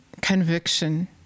conviction